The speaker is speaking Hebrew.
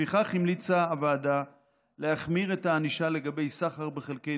לפיכך המליצה הוועדה להחמיר את הענישה על סחר בחלקי